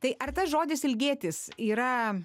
tai ar tas žodis ilgėtis yra